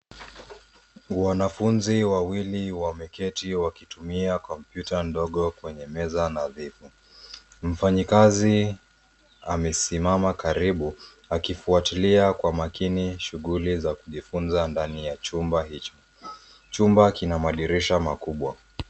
Wanafunzi wawili wameketi wakitumia kompyuta ndogo kwenye meza nadhifu. Mfanyikazi amesimama karibu akifuatilia kwa makini shughuli za kujifunza ndani ya chumba hicho. Chumba kina madirisha makubwa.